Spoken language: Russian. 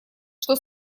что